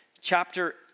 Chapter